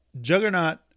Juggernaut